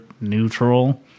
neutral